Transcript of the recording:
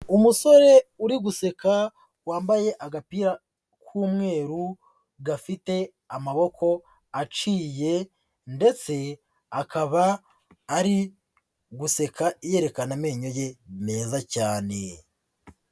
Umusore uri guseka wambaye agapira k'umweru, gafite amaboko aciye ndetse akaba ari guseka yerekana amenyo ye meza cyane.